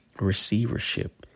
receivership